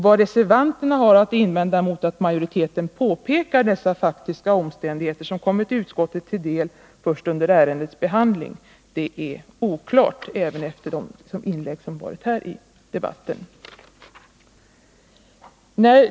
Vad reservanterna har att invända mot att majoriteten pekar på dessa faktiska omständigheter, som kommit utskottet till del först under ärendets behandling, är oklart även efter de inlägg som gjorts här i debatten.